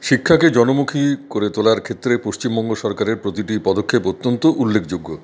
শিক্ষাকে জনমুখী করে তোলার ক্ষেত্রে পশ্চিমবঙ্গ সরকারের প্রতিটি পদক্ষেপ অত্যন্ত উল্লেখযোগ্য